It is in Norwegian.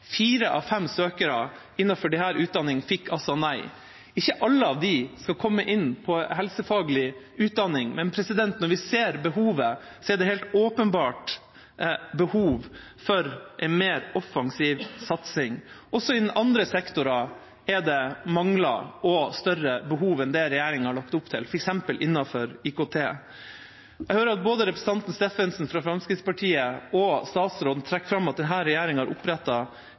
Fire av fem søkere innenfor disse utdanningene fikk altså nei. Ikke alle disse skal komme inn på helsefaglig utdanning, men vi ser et helt åpenbart behov for en mer offensiv satsing. Også innen andre sektorer er det mangler og større behov enn det regjeringa har lagt opp til, f.eks. innenfor IKT. Jeg hører at både representanten Steffensen fra Fremskrittspartiet og statsråden trekker fram at denne regjeringa har